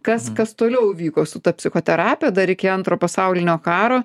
kas kas toliau vyko su ta psichoterapija dar iki antro pasaulinio karo